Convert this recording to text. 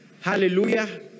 Hallelujah